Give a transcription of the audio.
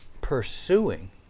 pursuing